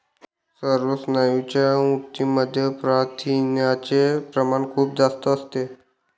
सर्व स्नायूंच्या ऊतींमध्ये प्रथिनांचे प्रमाण खूप जास्त असते